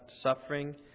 suffering